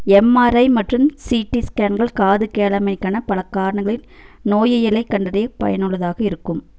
MRI மற்றும் CT ஸ்கேன்கள் காது கேளாமைக்கான பல காரணங்களின் நோயியலை கண்டறிய பயனுள்ளதாக இருக்கும்